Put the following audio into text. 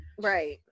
right